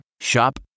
Shop